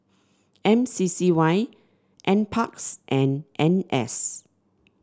M C C Y N parks and N S